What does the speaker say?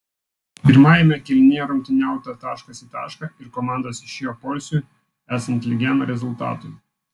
pirmajame kėlinyje rungtyniauta taškas į tašką ir komandos išėjo poilsiui esant lygiam rezultatui